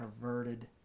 perverted